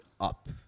up